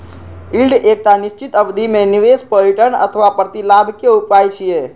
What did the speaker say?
yield एकटा निश्चित अवधि मे निवेश पर रिटर्न अथवा प्रतिलाभक उपाय छियै